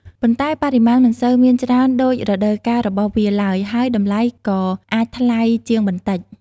ប៉ុន្តែបរិមាណមិនសូវមានច្រើនដូចរដូវកាលរបស់វាឡើយ ហើយតម្លៃក៏អាចថ្លៃជាងបន្តិច។